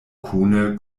kune